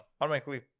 automatically